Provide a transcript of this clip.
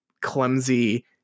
clumsy